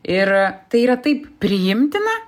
ir tai yra taip priimtina